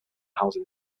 housing